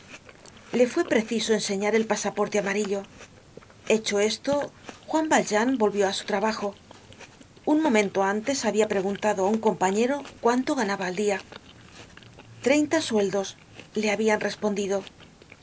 le fue preciso enseñar el pasaporte amarillo hecho esto juan valjean volvió á su trabajo un momento antes habia preguntado á un compañero cuánto ganaba al dia treinta sueldos le habian respondido